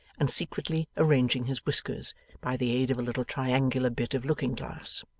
and secretly arranging his whiskers by the aid of a little triangular bit of looking glass.